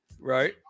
right